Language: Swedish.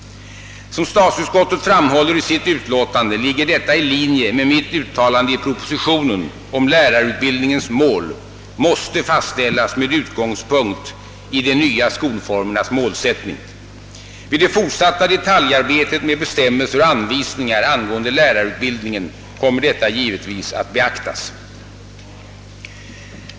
Som statsutskottet framhåller i sitt utlåtande ligger detta i linje med mitt uttalande i propositionen att lärarutbildningens mål måste fastställas med utgångspunkt i de nya skolformernas målsättning. Vid det fortsatta detaljarbetet med bestämmelser och anvisningar angående lärarutbildningen kommer detta givetvis att beaktas.